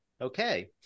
Okay